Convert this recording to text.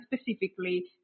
specifically